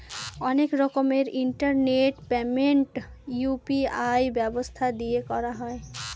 অনেক রকমের internet payment UPI ব্যবস্থা দিয়ে করা হয়